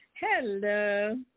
Hello